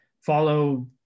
follow